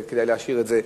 האם כדאי להשאיר את זה.